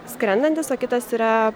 skrendantis o kitas yra